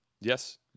Yes